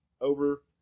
over